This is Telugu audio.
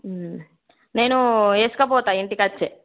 నేను వేసుకో పోతాను ఇంటికి వచ్చి